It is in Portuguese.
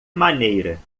maneira